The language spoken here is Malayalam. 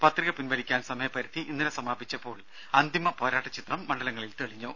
പത്രിക പിൻവലിക്കാൻ സമയപരിധി ഇന്നലെ സമാപിച്ചപ്പോൾ അന്തിമ പോരാട്ട ചിത്രം മണ്ഡലങ്ങളിൽ തെളിഞ്ഞു